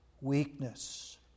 weakness